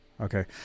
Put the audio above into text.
Okay